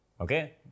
Okay